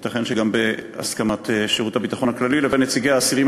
ייתכן שגם בהסכמת שירות הביטחון הכללי,